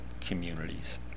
communities